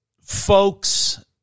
folks